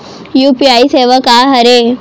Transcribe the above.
UPI सेवा का हरे?